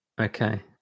Okay